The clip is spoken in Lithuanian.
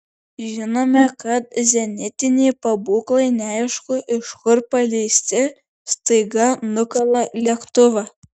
žinome kad zenitiniai pabūklai neaišku iš kur paleisti staiga nukala lėktuvą